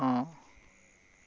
অ'